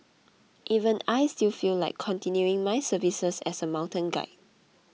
even I still feel like continuing my services as a mountain guide